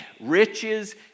riches